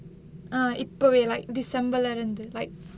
err இப்பவே:ippavae like december lah இருந்து:irunthu like